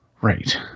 Right